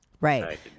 Right